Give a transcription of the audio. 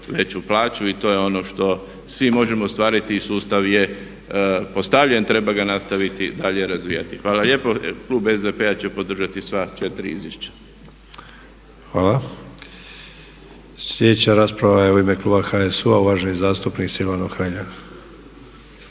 veću plaću. To je ono što svi možemo ostvariti. I sustav je postavljen treba ga nastaviti dalje razvijati. Hvala lijepo. Klub SDP-a će podržati sva četiri izvješća. **Sanader, Ante (HDZ)** Hvala. Slijedeća rasprava je u ime kluba HSU-a uvaženi zastupnik Silvano Hrelja.